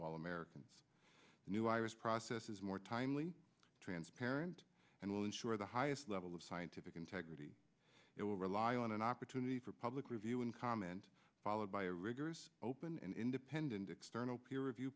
of all americans knew iris process is more timely transparent and will ensure the highest level of scientific integrity it will rely on an opportunity for public review and comment followed by a rigorous open and independent external peer review